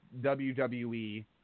WWE